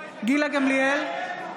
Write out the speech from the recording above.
גילה גמליאל,